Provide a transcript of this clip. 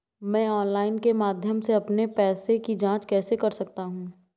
मैं ऑनलाइन के माध्यम से अपने पैसे की जाँच कैसे कर सकता हूँ?